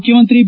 ಮುಖ್ಯಮಂತ್ರಿ ಬಿ